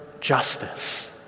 justice